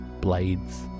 blades